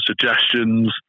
suggestions